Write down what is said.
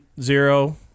zero